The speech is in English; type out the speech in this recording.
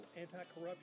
anti-corruption